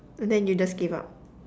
and then you just give up